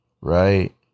right